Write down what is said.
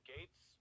Gates